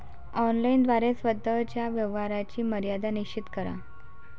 online द्वारे स्वतः च्या व्यवहाराची मर्यादा निश्चित करा